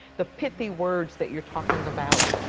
the pithy words that you're talking about.